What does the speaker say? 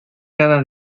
cada